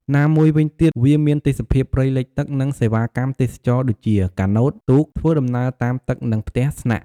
ណាមួយវិញទៀត វាមានទេសភាពព្រៃលិចទឹក និងសេវាកម្មទេសចរណ៍ដូចជា កាណូត ទូក ធ្វើដំណើរតាមទឹក និងផ្ទះស្នាក់។